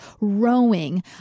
rowing